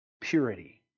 purity